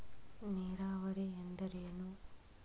ನೀರಾವರಿ ಎಂದರೇನು?